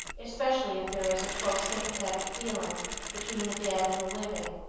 especially if there is a close sympathetic feeling between the dead and the living,